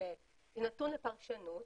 נתון לפרשנות